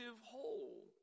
whole